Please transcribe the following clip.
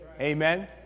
Amen